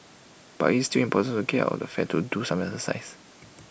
but it's still important to get out of the flat to do some exercise